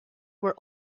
were